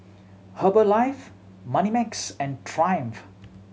Herbalife Moneymax and Triumph